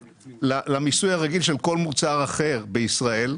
למיסוי הרגיל של כל מוצר אחר בישראל,